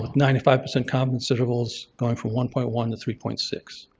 ninety five percent confidence intervals going from one point one to three point six.